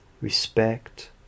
respect